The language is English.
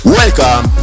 welcome